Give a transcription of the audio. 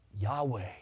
Yahweh